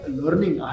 learning